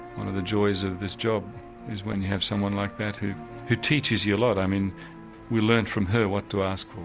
one of the joys of this job is when you have someone like that who who teaches you a lot, i mean we learnt from her what to ask for.